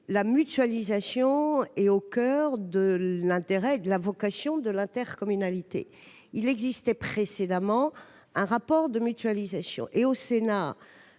la mutualisation est au coeur de la vocation de l'intercommunalité. Il existait précédemment un rapport de mutualisation. Au Sénat,